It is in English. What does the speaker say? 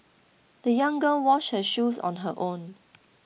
the young girl washed her shoes on her own